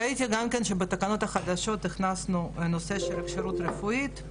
ראיתי שבתקנות החדשות גם הוכנס הנושא של כשירות רפואית.